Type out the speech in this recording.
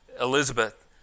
Elizabeth